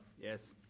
Yes